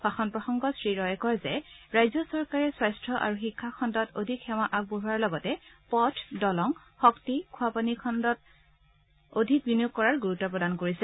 ভাষণ প্ৰসংগত শ্ৰী ৰয়ে কয় যে ৰাজ্য চৰকাৰে স্বাস্থ্য আৰু শিক্ষা খণ্ডত অধিক সেৱা আগবঢ়োৱাৰ লগতে পথ দলং শক্তি খোৱাপানী যোগান খণ্ডত অধিক বিনিয়োগ কৰাত গুৰুত্ব প্ৰদান কৰিছে